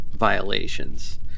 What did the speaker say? violations